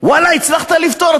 הצלחת לפתור?